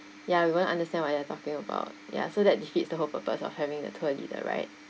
ya we won't understand what you're talking about ya so that defeats the whole purpose of having the tour leader right